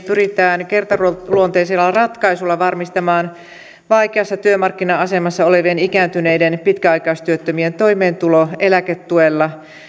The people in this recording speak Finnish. pyritään kertaluonteisella ratkaisulla varmistamaan vaikeassa työmarkkina asemassa olevien ikääntyneiden pitkäaikaistyöttömien toimeentulo eläketuella